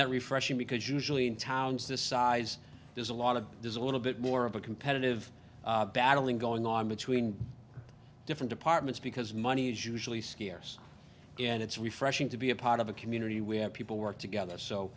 that refreshing because usually in towns this size there's a lot of there's a little bit more of a competitive battling going on between the different departments because money is usually scarce and it's refreshing to be a part of a community we have people work together so